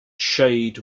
shade